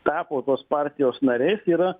tapo tos partijos nariais yra